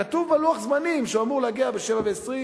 כתוב בלוח זמנים שהוא אמור להגיע ב-07:20,